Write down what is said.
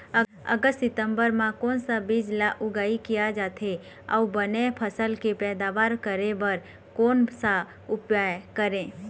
अगस्त सितंबर म कोन सा बीज ला उगाई किया जाथे, अऊ बने फसल के पैदावर करें बर कोन सा उपाय करें?